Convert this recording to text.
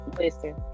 Listen